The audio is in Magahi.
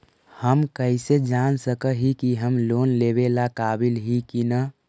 हम कईसे जान सक ही की हम लोन लेवेला काबिल ही की ना?